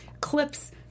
clips